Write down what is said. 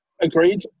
Agreed